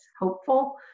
hopeful